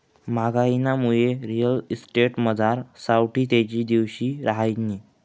म्हागाईनामुये रिअल इस्टेटमझार सावठी तेजी दिवशी रहायनी